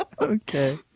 Okay